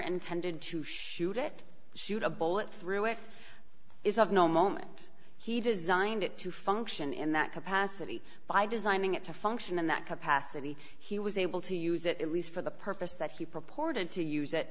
intended to shoot it shoot a bullet through it is of no moment he designed it to function in that capacity by designing it to function in that capacity he was able to use it at least for the purpose that he proport it to use it